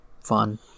fun